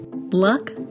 Luck